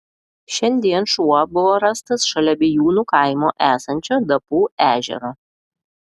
šiandien šuo buvo rastas šalia bijūnų kaimo esančio dapų ežero